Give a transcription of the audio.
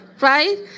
right